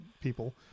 people